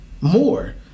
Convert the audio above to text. more